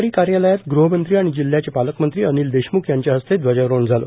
गोंदिया जिल्हाधिकारी कार्यालयात ग़हमंत्री आणि जिल्ह्याचे पालकमंत्री अनिल देशम्ख यांच्या हस्ते ध्वजारोहण झालं